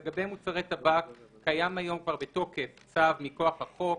לגבי מוצרי טבק קיים היום כבר בתוקף צו מכוח החוק,